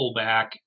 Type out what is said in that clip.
pullback